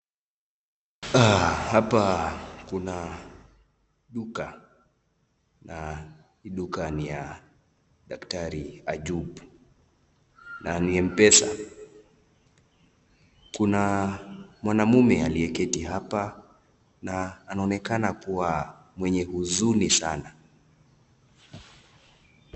Hapa kuna duka, na hii duka ni ya daktari Ajup, na ni mpesa. Kuna mwanamume aliyeketi hapa, na anaonekana kuwa mwenye huzuni sana.